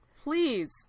please